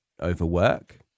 Overwork